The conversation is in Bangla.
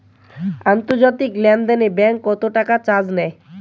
আন্তর্জাতিক লেনদেনে ব্যাংক কত টাকা চার্জ নেয়?